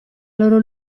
loro